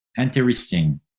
interesting